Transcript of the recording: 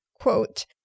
quote